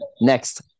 Next